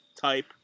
type